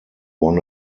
won